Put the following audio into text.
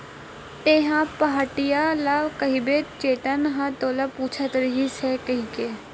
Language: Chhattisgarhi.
तेंहा पहाटिया ल कहिबे चेतन ह तोला पूछत रहिस हे कहिके